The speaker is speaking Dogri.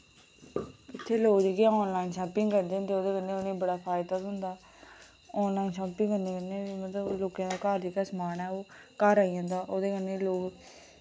इत्थै लोक जेह्के आनलाइन शापिंग करदे ते ओह्दे कन्नै उ'ने बड़ा फायदा थ्होंदा आनलाइन शापिंग करने कन्नै बी मतलब लोकें दा घर जेह्का समान ऐ ओह् घर आई जंदा ओह्दे कन्नै लोक